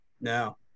No